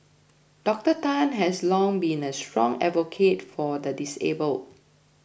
Doctor Tan has long been a strong advocate for the disabled